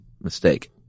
mistake